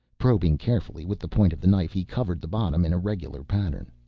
probing carefully with the point of the knife he covered the bottom in a regular pattern.